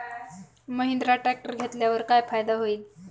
Mahindra tractor घेतल्यावर काय फायदा होईल?